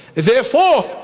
therefore,